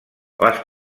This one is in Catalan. les